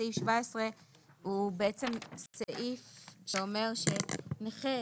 סעיף 17 הוא סעיף שאומר שנכה